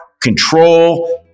control